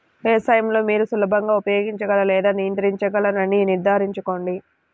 వ్యవసాయం లో మీరు సులభంగా ఉపయోగించగల లేదా నియంత్రించగలరని నిర్ధారించుకోండి